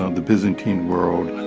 ah the byzantine world,